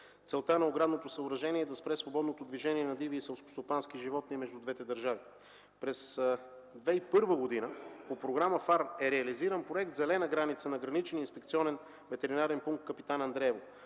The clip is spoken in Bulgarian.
Целта на оградното съоръжение е да спре свободното движение на диви и селскостопански животни между двете държави. През 2001 г. по Програма ФАР е реализиран проект „Зелена граница” на Граничния инспекционен ветеринарен пункт на Капитан Андреево.